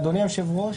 אדוני היושב-ראש,